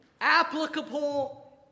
Applicable